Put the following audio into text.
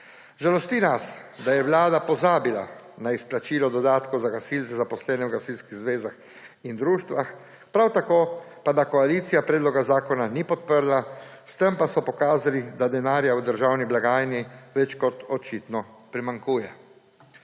Žalosti nas, da je Vlada pozabila na izplačilo dodatkov za gasilce, zaposlene v gasilskih zvezah in društvih. Prav tako pa, da koalicija predloga zakona ni podprla, s tem pa so pokazali, da denarja v državni blagajni več kot očitno primanjkuje.